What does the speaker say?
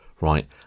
right